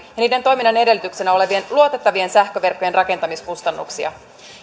niiden toiminnan edellytyksenä olevien luotettavien sähköverkkojen rakentamiskustannuksia